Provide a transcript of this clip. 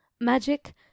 magic